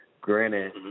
Granted